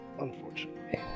Unfortunately